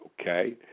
Okay